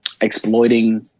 exploiting